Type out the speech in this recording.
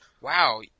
Wow